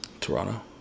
Toronto